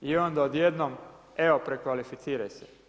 I onda odjednom evo prekvalificiraj se.